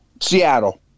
Seattle